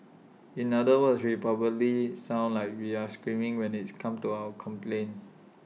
in other words we probably sound like we're screaming when its comes to our complaints